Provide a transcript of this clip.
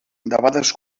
debades